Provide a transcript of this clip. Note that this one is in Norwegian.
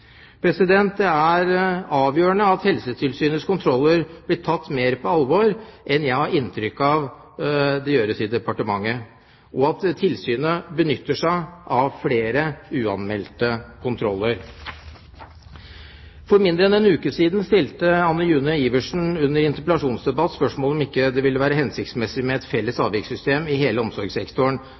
Det er avgjørende at Helsetilsynets kontroller blir tatt mer på alvor i departementet enn jeg har inntrykk av at man gjør, og at tilsynet benytter seg av flere uanmeldte kontroller. For mindre enn en uke siden stilte Anne June Iversen under en interpellasjonsdebatt spørsmålet om det ikke ville være hensiktsmessig med et felles avvikssystem i helse- og omsorgssektoren,